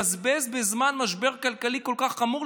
בזמן משבר כלכלי כל כך חמור,